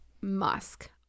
musk